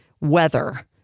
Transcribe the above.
weather